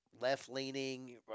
left-leaning